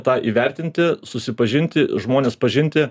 tą įvertinti susipažinti žmones pažinti